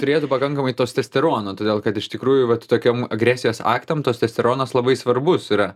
turėtų pakankamai tostesterono todėl kad iš tikrųjų vat tokiem agresijos aktam tostesteronas labai svarbus yra